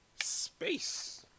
space